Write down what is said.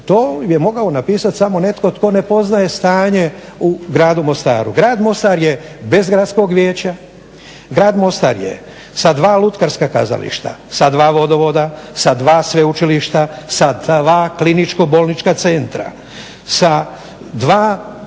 To je mogao napisati samo netko tko ne poznaje stanje u gradu Mostaru. Grad Mostar je bez Gradskog vijeća, grad Mostar je sa dva lutkarska kazališta, sa dva vodovoda, sa dva sveučilišta, sa dva kliničko-bolnička centra, sa dva